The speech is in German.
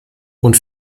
und